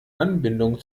anbindung